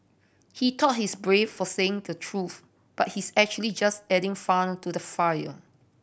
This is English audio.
he thought he's brave for saying the truth but he's actually just adding fuel to the fire